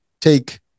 take